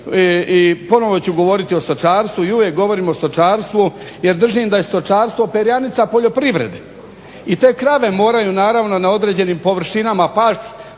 i ponovo govoriti o stočarstvu i uvijek govorim o stočarstvu jer držim da je stočarstvo perjanica poljoprivrede. I te krave moraju na određenim površinama pasti